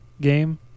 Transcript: game